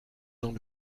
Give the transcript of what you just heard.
dans